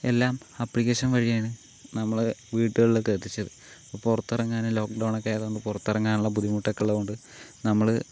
എല്ലാം അപ്ലിക്കേഷൻ വഴി ആണ് നമ്മൾ വീടുകളിലൊക്കെ എത്തിച്ചത് അപ്പോൾ പുറത്തിറങ്ങാൻ ലോക്ക് ഡൗൺ ഒക്കെ ആയതുകൊണ്ട് പുറത്തിറങ്ങാനുള്ള ബുദ്ധിമുട്ടൊക്കെ ഉള്ളതുകൊണ്ട് നമ്മൾ